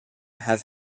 has